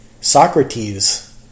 Socrates